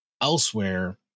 elsewhere